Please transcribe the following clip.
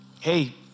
hey